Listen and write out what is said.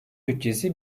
bütçesi